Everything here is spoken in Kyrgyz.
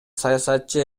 саясатчы